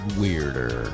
weirder